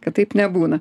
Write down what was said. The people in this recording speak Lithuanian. kad taip nebūna